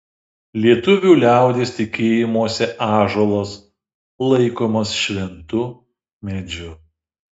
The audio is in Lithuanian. lietuvių liaudies tikėjimuose ąžuolas laikomas šventu medžiu